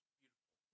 beautiful